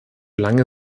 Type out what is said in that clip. lange